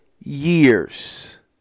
years